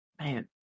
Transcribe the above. man